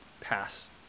pass